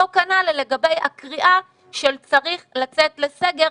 אותו כנ"ל לגבי הקריאה של צריך לצאת לסגר,